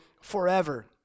forever